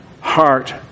heart